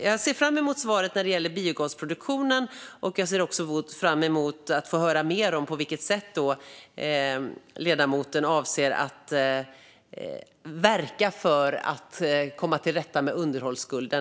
Jag ser fram emot svaret som gäller biogasproduktionen och att få höra ännu mer om på vilket sätt ledamoten avser att verka för att komma till rätta med underhållsskulden.